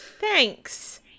Thanks